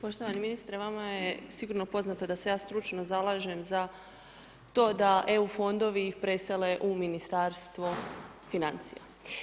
Poštovani ministre, vama je sigurno poznato da se ja stručno zalažem za to da EU fondovi presele u Ministarstvo financija.